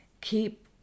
keep